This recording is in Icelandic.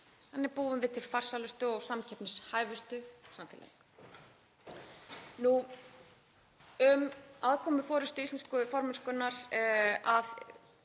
Þannig búum við til farsælustu og samkeppnishæfustu samfélögin. Þá um aðkomu forystu íslensku formennskunnar að